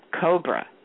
Cobra